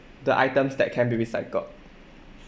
the items that can be recycled